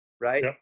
right